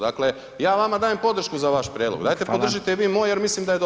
Dakle, ja vama dajem podršku za vaš prijedlog, dajte podržite i vi moj [[Upadica: Hvala.]] jer mislim da je dobar.